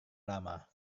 lama